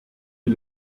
est